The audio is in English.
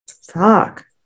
Fuck